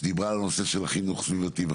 שדיברה על הנושא של חינוך סביבתי,